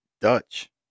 Dutch